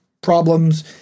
problems